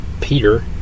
Peter